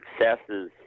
successes –